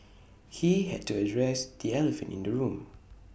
he had to address the elephant in the room